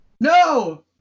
No